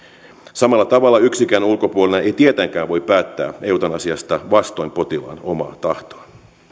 samalla tavalla yksikään ulkopuolinen ei tietenkään voi päättää eutanasiasta vastoin potilaan omaa tahtoa